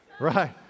Right